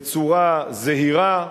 בצורה זהירה,